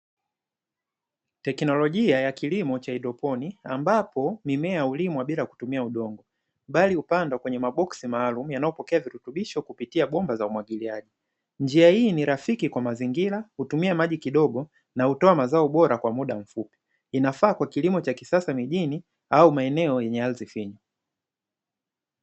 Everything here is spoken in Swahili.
Teknolojia ya kilimo cha haidroponi ambapo mimea hulimwa bila kutumia udongo, bali hupandwa kwenye maboksi maalumu yanayopokea virutubisho kupitia bomba za umwagiliaji, njia hii ni rangi kwa mazingira hutumia maji kidogo na huto mazao kwa mda mfupi, inafaa kwa kilimo cha kisasa mijini au maeneo lenye ardh finyu.